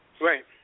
right